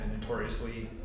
notoriously